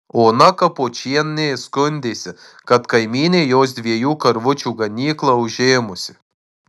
ona kapočienė skundėsi kad kaimynė jos dviejų karvučių ganyklą užėmusi